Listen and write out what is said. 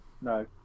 No